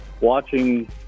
watching